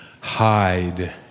hide